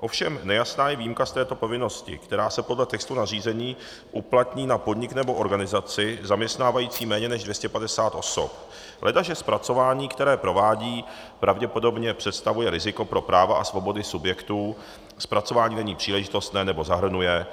Ovšem nejasná je výjimka z této povinnosti, která se podle textu nařízení uplatní na podnik nebo organizaci zaměstnávající méně než 250 osob, ledaže zpracování, které provádí, pravděpodobně představuje riziko pro práva a svobody subjektů, zpracování není příležitostné nebo zahrnuje